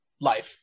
Life